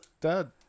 dad